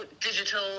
digital